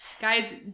Guys